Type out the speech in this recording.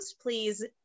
please